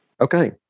Okay